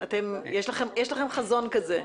יש לכם חזון כזה.